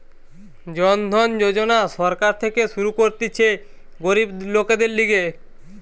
জন ধন যোজনা সরকার থেকে শুরু করতিছে গরিব লোকদের লিগে